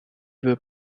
the